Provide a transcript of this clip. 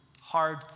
hard